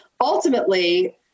ultimately